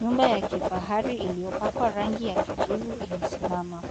Nyumba ya kifahari iliyopakwa rangi ya kijivu imesimama.